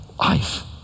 life